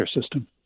system